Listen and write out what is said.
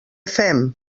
fem